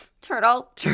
turtle